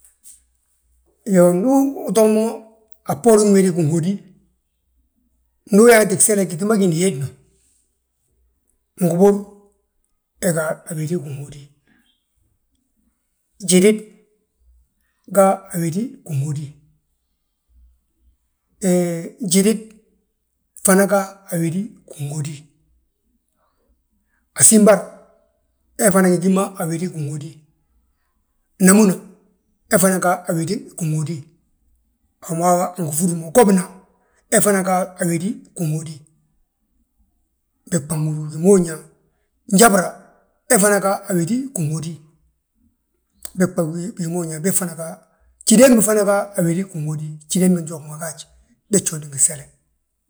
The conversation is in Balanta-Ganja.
Iyoo, ndu utoo mo a bboorin wéde ginhódi, ndu yaanti gsele gyíŧi ma gíni hemma, ngubur he ga a wédi ginhódi, jidid ga a wédi ginhódi, hee njidid fana ga a wédi ginhódi, asimbar he fana ngi gí mo a wéde ngi hódi, namúna he fana ga a wédi ginhódi, a wi ma wi angi fur mo, gobina he fana ga a wédi ginhódi. Bégbà nhúri bigi ma húrin yaa, njabura he fana ga a wédi ginhódi bégbà gí bi gi ma húri, jídembi fana ga a wédi ginhódi, jídembi seli ma gaaj he jódi ngi gsele.